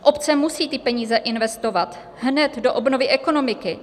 Obce musí ty peníze investovat hned do obnovy ekonomiky.